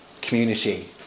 community